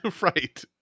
right